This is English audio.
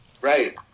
Right